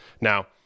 Now